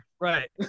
Right